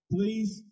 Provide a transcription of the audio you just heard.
Please